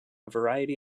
variety